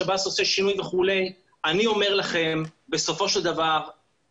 שמותר לכבול אותם ברגליהם.